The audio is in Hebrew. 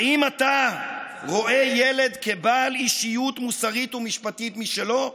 האם אתה רואה ילד כבעל אישיות מוסרית ומשפטית משלו?